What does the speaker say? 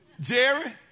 Jerry